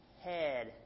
head